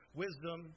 wisdom